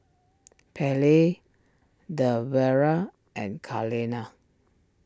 Pairlee Debera and Carlene